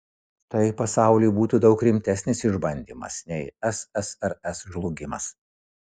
tai pasauliui būtų daug rimtesnis išbandymas nei ssrs žlugimas